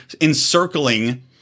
encircling